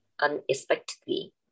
unexpectedly